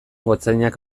gotzainak